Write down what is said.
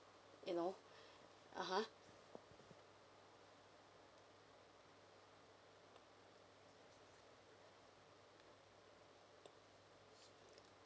you know (uh huh)